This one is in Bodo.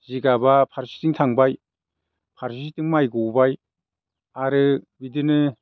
जिगाबा फारसेथिं थांबाय फारसेथिं माइ गबाय आरो बिदिनो